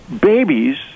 babies